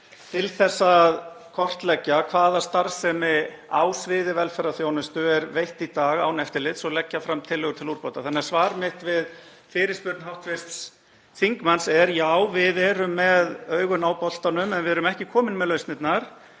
til að kortleggja hvaða starfsemi á sviði velferðarþjónustu er veitt í dag án eftirlits og leggja fram tillögur til úrbóta. Svar mitt við fyrirspurn hv. þingmanns er: Já, við erum með augun á boltanum en við erum ekki komin með lausnirnar.